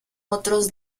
otros